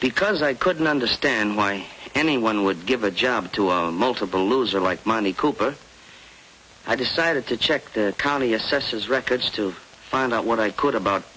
because i couldn't understand why anyone would give a job to a multiple loser like money cooper i decided to check the county assessor's records to find out what i could about